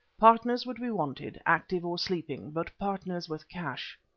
partners would be wanted, active or sleeping, but partners with cash.